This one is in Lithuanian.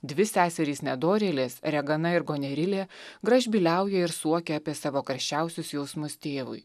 dvi seserys nedorėlės reganą ir gonerilė gražbyliauja ir suokia apie savo karščiausius jausmus tėvui